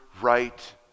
right